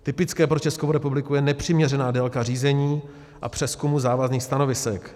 Typická pro Českou republiku je nepřiměřená délka řízení a přezkumu závazných stanovisek.